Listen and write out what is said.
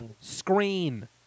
screen